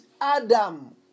Adam